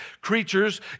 creatures